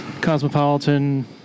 cosmopolitan